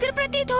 and birthday,